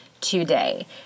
today